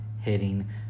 hitting